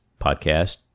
podcast